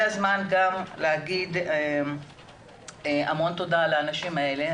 זה הזמן גם להגיד המון תודה לאנשים האלה,